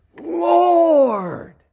Lord